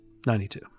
92